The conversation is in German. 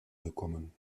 bekommen